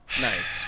Nice